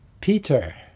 Peter